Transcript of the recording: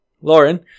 Lauren